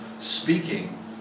speaking